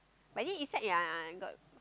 but is it effect ya I got